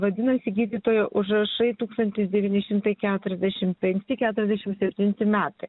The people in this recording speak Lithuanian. vadinasi gydytojo užrašai tūkstantis devyni šimtai keturiasdešimt penki keturiasdešimt septinti metai